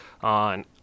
on